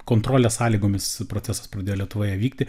kontrolės sąlygomis procesas pradėjo lietuvoje vykti